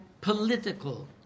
political